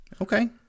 Okay